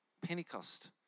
Pentecost